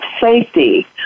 safety